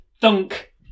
dunk